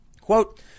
Quote